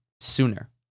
sooner